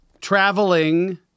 traveling